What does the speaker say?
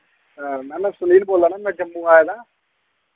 ma'am में सुनील बोल्ला नां में जम्मू आए दा